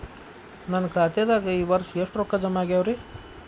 ನನ್ನ ಖಾತೆದಾಗ ಈ ವರ್ಷ ಎಷ್ಟು ರೊಕ್ಕ ಜಮಾ ಆಗ್ಯಾವರಿ?